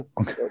Okay